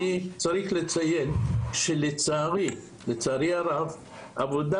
אני צריך לציין, שלצערי הרב, העבודה